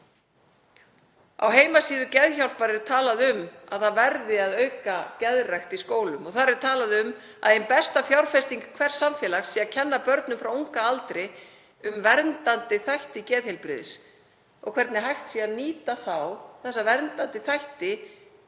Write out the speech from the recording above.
Á heimasíðu Geðhjálpar er talað um að það verði að auka geðrækt í skólum og þar er talað um að ein besta fjárfesting hvers samfélags sé að kenna börnum frá unga aldri um verndandi þætti geðheilbrigðis og hvernig hægt sé að nýta þá verndandi þætti